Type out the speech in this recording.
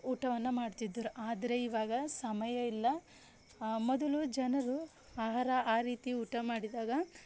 ಊಟವನ್ನು ಮಾಡ್ತಿದ್ದರು ಆದರೆ ಇವಾಗ ಸಮಯ ಇಲ್ಲ ಮೊದಲು ಜನರು ಆಹಾರ ಆ ರೀತಿ ಊಟ ಮಾಡಿದಾಗ